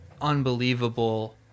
unbelievable